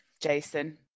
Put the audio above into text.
Jason